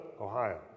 Ohio